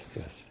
yes